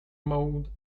mode